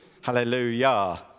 Hallelujah